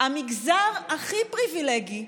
המגזר הכי פריבילגי,